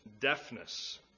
deafness